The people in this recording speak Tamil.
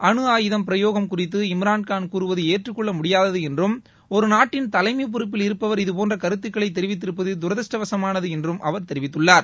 அணு ஆயுதம் பிரயோகம் குறித்து இம்ரான்கான் கூறுவது ஏற்றுக்கொள்ள முடியாதது என்றும் ஒரு நாட்டின் தலைமை பொறுப்பில் இருப்பவர் இதுபோன்ற கருத்துக்களை தெரிவித்திருப்பது தரதிஷ்டவசமானது என்று தெரிவித்துள்ளார்